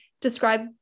describe